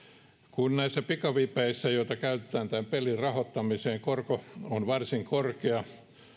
kun näissä pikavipeissä joita käytetään tämän pelin rahoittamiseen korko on varsin korkea